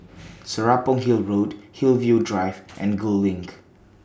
Serapong Hill Road Hillview Drive and Gul LINK